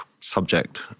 subject